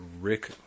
Rick